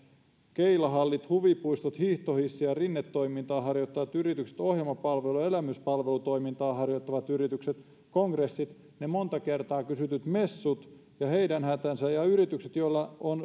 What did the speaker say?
keilahallit huvipuistot hiihtohissi ja rinnetoimintaa harjoittavat yritykset ohjelmapalvelu ja elämyspalvelutoimintaa harjoittavat yritykset kongressit ne monta kertaa kysytyt messut ja heidän hätänsä ja yritykset joilla on